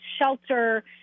shelter